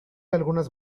algunas